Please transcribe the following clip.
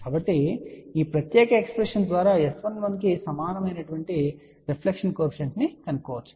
కాబట్టి ఈ ప్రత్యేక ఎక్స్ప్రెషన్ ద్వారా S11 కు సమానమైన రిఫ్లెక్షన్ కోఎఫిషియంట్ కనుగొనవచ్చు